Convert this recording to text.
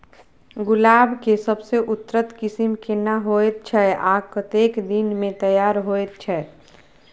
गुलाब के सबसे उन्नत किस्म केना होयत छै आ कतेक दिन में तैयार होयत छै?